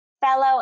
fellow